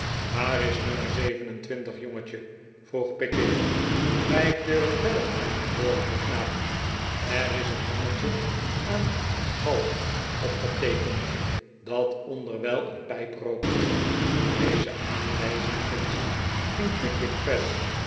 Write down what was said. waar is nummer zeven en twintig jongetje vroeg pickwick vijf deuren verder antwoordde de knaap er is een mannetje aan de galg op geteekend dat onderwijl een pijp rookt deze aan wij zing volgend ging pickwick verder